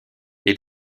est